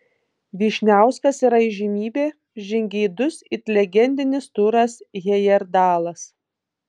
vyšniauskas yra įžymybė žingeidus it legendinis turas hejerdalas